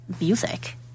music